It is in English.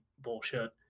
bullshit